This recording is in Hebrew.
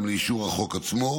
גם לאישור החוק עצמו.